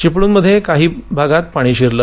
चिपळूणमध्ये काही भागात पाणी शिरलं